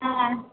হ্যাঁ